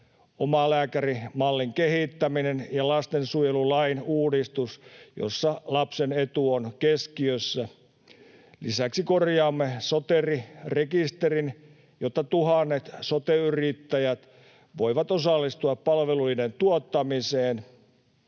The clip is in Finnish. omalääkärimallin kehittäminen ja lastensuojelulain uudistus, jossa lapsen etu on keskiössä. Lisäksi korjaamme Soteri-rekisterin, jotta tuhannet sote-yrittäjät voivat osallistua palveluiden tuottamiseen.